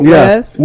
Yes